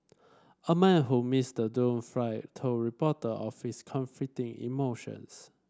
a man who missed the doomed flight told reporter of his conflicting emotions